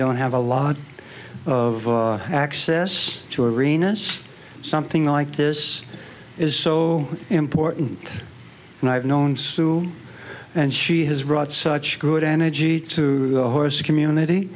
don't have a lot of access to arenas something like this is so important and i've known sue and she has brought such good energy to horse community